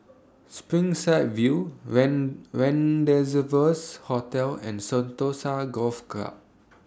Springside View Rendezvous Hotel and Sentosa Golf Club